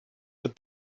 but